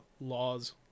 laws